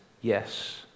yes